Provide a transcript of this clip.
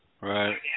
Right